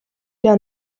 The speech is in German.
der